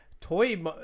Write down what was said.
toy